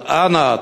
אז אנא,